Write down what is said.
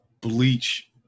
bleach